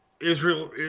Israel